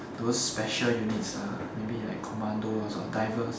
those special units lah maybe like commandos or divers